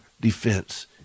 defense